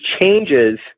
changes